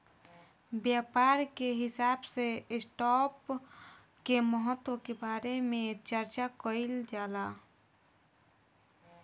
व्यापार के हिसाब से स्टॉप के महत्व के बारे में चार्चा कईल जाला